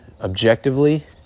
objectively